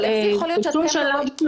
בשום שלב שהוא.